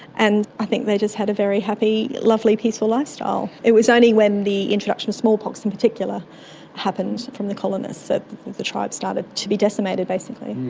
and i think they just had a very happy, lovely, peaceful lifestyle. it was only when the introduction of smallpox in particular happened from the colonists that the tribe started to be decimated basically.